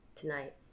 tonight